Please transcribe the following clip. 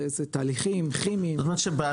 זה תהליכים כימיים.